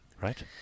right